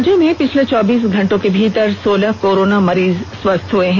राज्य में पिछले चौबीस घंटे के भीतर सोलह कोरोना मरीज स्वस्थ हए हैं